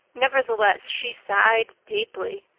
nevertheless, she sighed deeply.